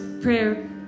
prayer